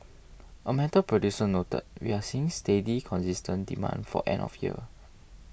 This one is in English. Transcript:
a metal producer noted we are seeing steady consistent demand for end of year